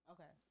Okay